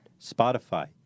Spotify